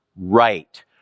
right